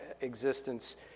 existence